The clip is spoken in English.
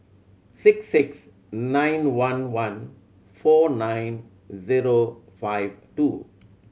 six six nine one one four nine zero five two